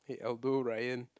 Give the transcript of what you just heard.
hate Aldo Ryan